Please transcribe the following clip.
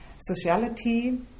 sociality